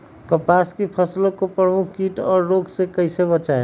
कपास की फसल को प्रमुख कीट और रोग से कैसे बचाएं?